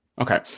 okay